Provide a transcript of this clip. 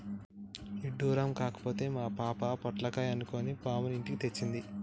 ఇడ్డురం కాకపోతే మా పాప పొట్లకాయ అనుకొని పాముని ఇంటికి తెచ్చింది